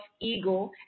ego